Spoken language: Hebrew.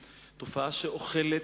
זו תופעה שאוכלת,